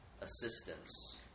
assistance